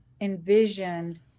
envisioned